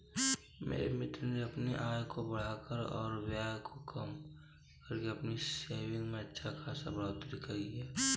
मेरे मित्र ने अपने आय को बढ़ाकर और व्यय को कम करके अपनी सेविंग्स में अच्छा खासी बढ़ोत्तरी की